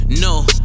No